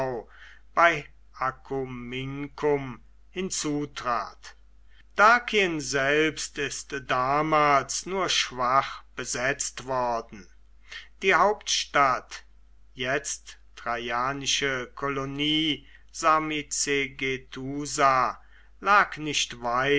bei acumincum hinzutrat dakien selbst ist damals nur schwach besetzt worden die hauptstadt jetzt traianische kolonie sarmizegetusa lag nicht